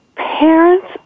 parents